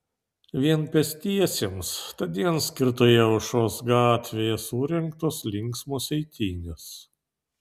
vien pėstiesiems tądien skirtoje aušros gatvėje surengtos linksmos eitynės